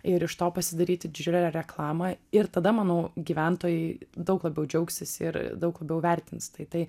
ir iš to pasidaryti didžiulę reklamą ir tada manau gyventojai daug labiau džiaugsis ir daug labiau vertins tai tai